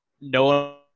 no